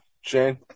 Shane